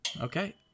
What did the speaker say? Okay